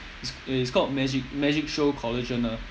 it's it's called magic magic show collagen ah